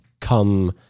come